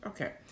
Okay